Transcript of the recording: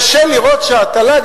קשה לראות שהתל"ג,